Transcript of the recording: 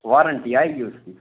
warranty आएगी उसकी